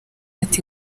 ati